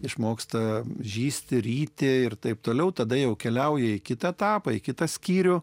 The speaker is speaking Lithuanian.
išmoksta žįsti ryti ir taip toliau tada jau keliauja į kitą etapą į kitą skyrių